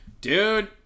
Dude